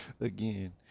Again